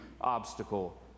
obstacle